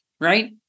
Right